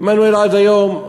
עמנואל עד היום,